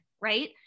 Right